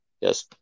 yes